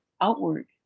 outward